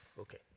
Okay